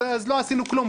אז לא עשינו כלום,